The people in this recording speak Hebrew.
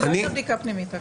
לא הייתה בדיקה פנימית.